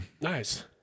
Nice